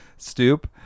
Stoop